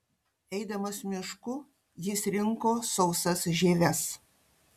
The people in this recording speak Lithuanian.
eidamas mišku jis rinko sausas žieves